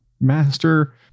master